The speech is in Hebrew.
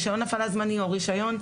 רישיון הפעלה זמני או רישיון,